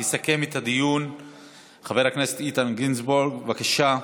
יסכם את הדיון חבר הכנסת איתן גינזבורג, בבקשה.